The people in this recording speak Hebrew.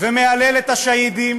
ומהלל את השהידים